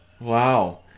Wow